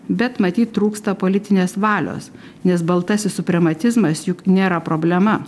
bet matyt trūksta politinės valios nes baltasis suprematizmas juk nėra problema